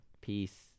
Peace